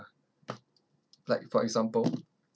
like for example